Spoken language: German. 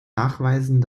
nachweisen